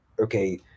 okay